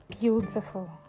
beautiful